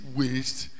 waste